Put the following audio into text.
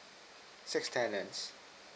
six tenants